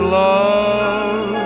love